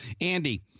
Andy